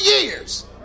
years